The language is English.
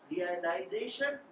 Realization